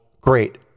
great